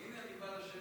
הינה אני בא לשבת.